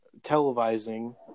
televising –